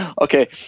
Okay